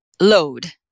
load